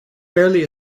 barely